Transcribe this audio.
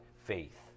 Faith